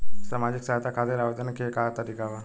सामाजिक सहायता खातिर आवेदन के का तरीका बा?